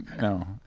No